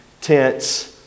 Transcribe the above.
tents